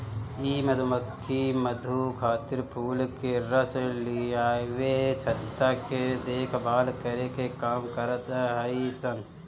इ मधुमक्खी मधु खातिर फूल के रस लियावे, छत्ता के देखभाल करे के काम करत हई सन